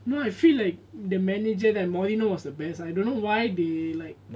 no I feel like the manager right mourinho was the best I don't know why they like